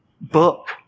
book